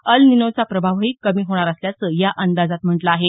अल् निनोचा प्रभावही कमी होणार असल्याचं या अंदाजात म्हटलं आहे